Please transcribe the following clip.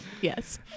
Yes